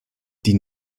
die